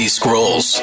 scrolls